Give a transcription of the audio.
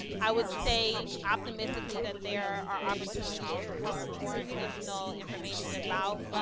i would say, optimistically that there are opportunities for more additional information about